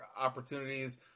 opportunities